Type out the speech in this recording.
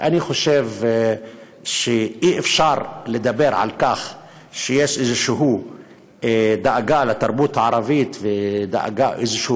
אני חושב שאי-אפשר לדבר על כך שיש איזושהי דאגה לתרבות הערבית ואיזשהו